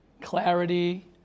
clarity